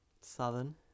Southern